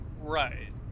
right